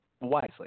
wisely